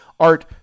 Art